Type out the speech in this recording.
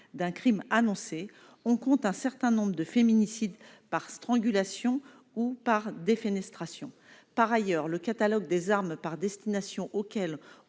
d'un Crime, on compte un certain nombre de féminicides par strangulation ou par défenestration par ailleurs le catalogue des armes par destination auxquels